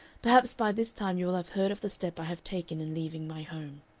perhaps by this time you will have heard of the step i have taken in leaving my home.